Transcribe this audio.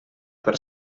per